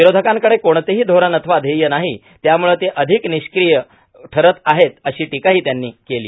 विरोधकांकडे कोणतेही धोरण अथवा ध्येय नाही त्यामुळं ते अधिक निष्क्रिय ठरत आहेत अशी टीकाही त्यांनी केली